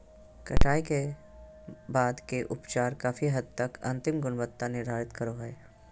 कटाई के बाद के उपचार काफी हद तक अंतिम गुणवत्ता निर्धारित करो हइ